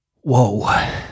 whoa